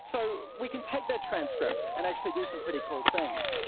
so we can take their transcript and actually do some pretty cool things.